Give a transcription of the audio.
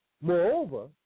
Moreover